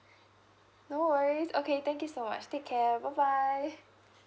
no worries okay thank you so much take care bye bye